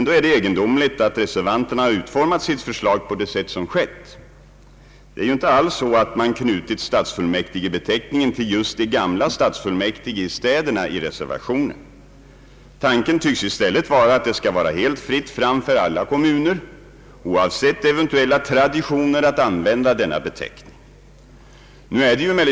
Då är det egendomligt att reservanterna har utformat sitt förslag på det sätt som har skett. Man har ju i reservationen inte alls knutit stadsfullmäktigebeteckningen till just de tidigare stadsfullmäktige i städerna. Tanken tycks i stället vara att det skall vara fritt fram för alla kommuner, oavsett alla traditioner, att använda denna beteckning.